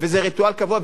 וזה ריטואל קבוע,